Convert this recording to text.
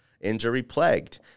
Injury-plagued